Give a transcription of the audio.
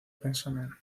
pensament